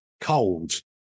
cold